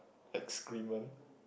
excrement